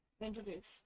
introduced